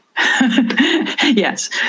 Yes